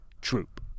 Troop